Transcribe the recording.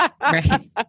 Right